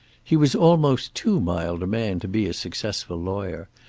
he was almost too mild a man to be a successful lawyer,